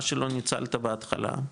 מה שלא ניצלת בהתחלה,